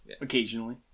occasionally